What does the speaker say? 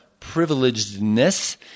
privilegedness